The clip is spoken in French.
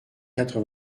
quatre